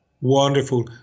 wonderful